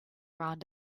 around